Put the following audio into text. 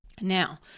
now